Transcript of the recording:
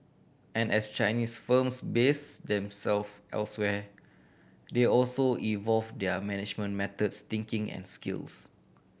and as Chinese firms base themselves elsewhere they also evolve their management methods thinking and skills